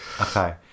Okay